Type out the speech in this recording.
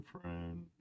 friend